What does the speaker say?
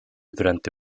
durante